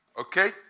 Okay